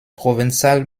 provençal